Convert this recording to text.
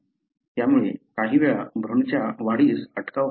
त्यामुळे काही वेळा भ्रूणाच्या वाढीस अटकाव होऊ शकतो